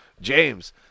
James